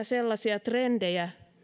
sellaisia trendejä